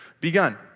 begun